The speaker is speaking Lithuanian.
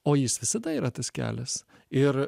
o jis visada yra tas kelias ir